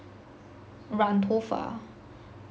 染头发